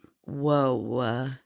Whoa